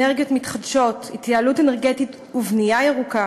אנרגיות מתחדשות, התייעלות אנרגטית ובנייה ירוקה,